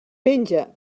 penja